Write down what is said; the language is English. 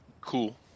Cool